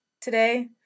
today